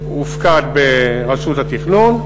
הופקד ברשות התכנון,